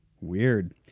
Weird